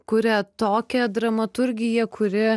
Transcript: kuria tokią dramaturgiją kuri